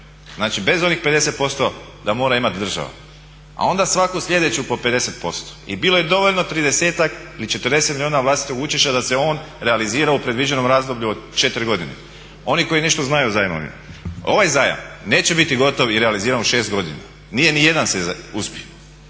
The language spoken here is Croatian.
znači bez onih 50% da mora imati država. A onda svaku sljedeću po 50%. I bilo je dovoljno 30-ak ili 40 milijuna vlastitog učešća da se on realizira u predviđenom razdoblju od 4 godine. Oni koji nešto znaju o zajmovima ovaj zajam neće biti gotov i realiziran u 6 godina, nije nijedan uspio.